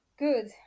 good